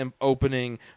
opening